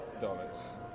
dollars